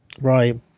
Right